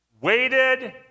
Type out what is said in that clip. waited